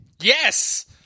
Yes